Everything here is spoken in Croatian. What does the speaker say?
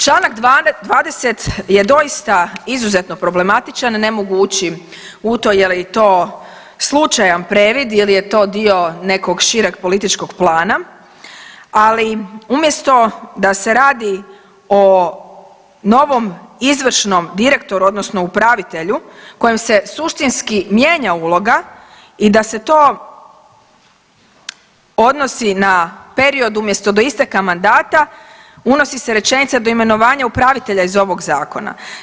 Članak 20. je doista izuzetno problematičan ne mogu ući u to je li to slučajan previd ili je to dio nekog šireg političkog plana, ali umjesto da se radi o novom izvršnom direktoru odnosno upravitelju kojim se suštinski mijenja uloga i da se to odnosi na period umjesto do isteka mandata unosi se rečenica do imenovanja upravitelja iz ovog zakona.